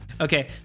Okay